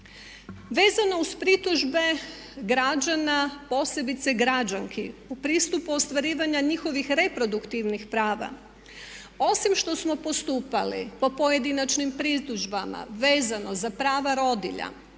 Vezano uz pritužbe građana posebice građanki u pristupu ostvarivanja njihovih reproduktivnih prava osim što smo postupali po pojedinačnim pritužbama vezano za prava rodilja,